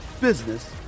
business